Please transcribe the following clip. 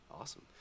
Awesome